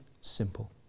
simple